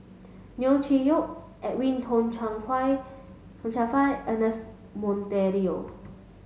Neo Chwee Kok Edwin Tong Chun Tong Chun Fai Ernest Monteiro